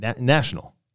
national